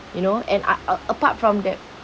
you know and uh a~ apart from that